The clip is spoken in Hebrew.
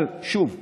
אבל שוב,